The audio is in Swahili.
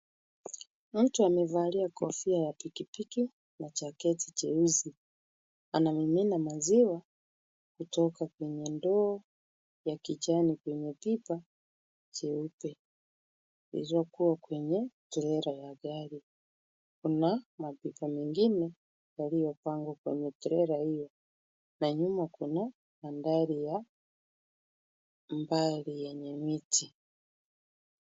Mtu amevalia kofia ya pikipiki na jaketi jeusi. Anamimina maziwa kutoka kwenye ndoo ya kijani kwenye pipa jeupe lililokuwa kwenye trela ya gari. Kuna mapipa mengine yaliyopangwa kwenye trela hiyo na nyuma kuna mandhari ya mbali yenye miti.